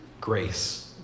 grace